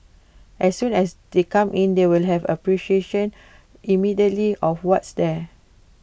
as soon as they come in they will have appreciation immediately of what's there